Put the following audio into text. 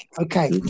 Okay